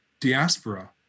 diaspora